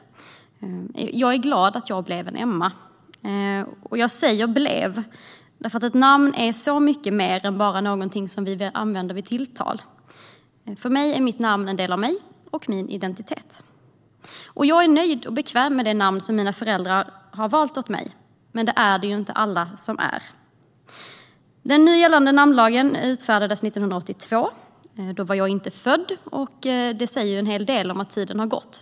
Jag är glad att jag blev en Emma. Jag säger "blev", för ett namn är så mycket mer än bara någonting vi använder vid tilltal. För mig är mitt namn en del av mig och min identitet. Jag är nöjd och bekväm med det namn mina föräldrar har valt åt mig, men det är det ju inte alla som är. Den nya namnlagen utfärdades 1982. Då var jag inte född, och det säger en hel del om hur mycket tid som har gått.